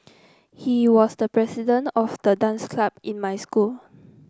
he was the president of the dance club in my school